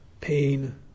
pain